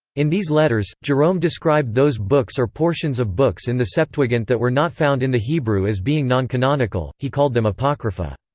in these letters, jerome described those books or portions of books in the septuagint that were not found in the hebrew as being non-canonical he called them apocrypha.